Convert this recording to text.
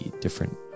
different